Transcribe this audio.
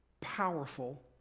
powerful